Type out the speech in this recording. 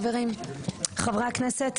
הטעות של משרד הבריאות שאפילו לא פניתם לחברי כנסת.